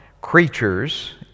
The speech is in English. creatures